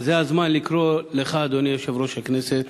אבל זה הזמן לקרוא לך, אדוני יושב-ראש הכנסת,